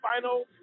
final